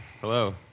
Hello